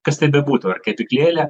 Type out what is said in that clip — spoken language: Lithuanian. kas tai bebūtų ar kepyklėlė